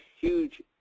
huge